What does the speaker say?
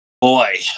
Boy